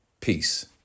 Peace